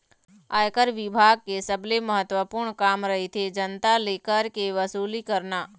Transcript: आयकर बिभाग के सबले महत्वपूर्न काम रहिथे जनता ले कर के वसूली करना